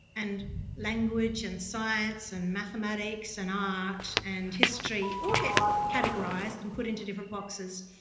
and language, and science, and mathematics, and art, and history all get categorised and put into different boxes.